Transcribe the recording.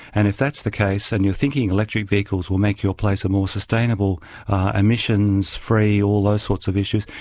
and if that's the case, and you're thinking electric vehicles will make your place a more sustainable emissions-free, all those sorts of issues,